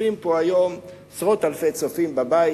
יושבים פה היום עשרות אלפי צופים בבית,